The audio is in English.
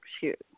shoot